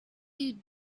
you